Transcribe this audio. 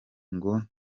ngo